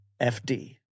FD